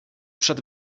przed